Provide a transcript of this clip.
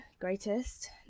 greatest